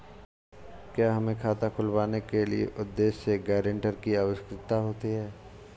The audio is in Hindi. क्या हमें खाता खुलवाने के उद्देश्य से गैरेंटर की आवश्यकता होती है?